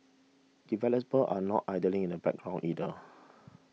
developers are not idling in the background either